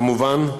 כמובן,